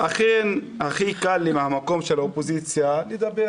אכן הכי קל לי ממקום של אופוזיציה לדבר